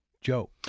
Joe